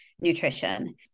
nutrition